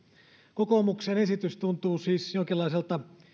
kokoomuksen esitys tuntuu siis jonkinlaiselta